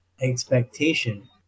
expectation